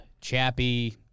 Chappie